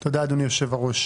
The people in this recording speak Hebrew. תודה, אדוני יושב-הראש.